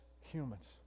humans